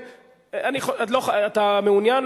אתה מעוניין?